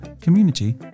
community